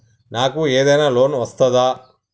నాకు ఏదైనా లోన్ వస్తదా?